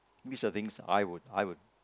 these are the things I would I would